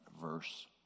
verse